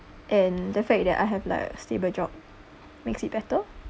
and the fact that I have like a stable job makes it better